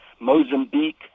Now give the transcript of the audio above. Mozambique